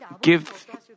give